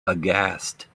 aghast